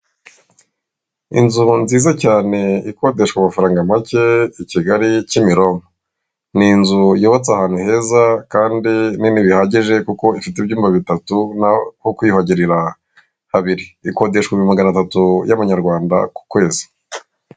Inzu nziza cyane ikodeshwa amafaranga make i Kigali kimironko, n'inzu yubatse ahantu heza kandi nini bihagije kuko ifite ibyumba bitatu naho kwiyuhagirira habiri, ikodeshwa ibihumbi maganatatu y'amanyarwanda ku kwezi.